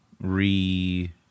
re